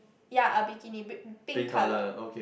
yea a bikini bik~ pink colour